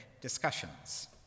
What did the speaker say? discussions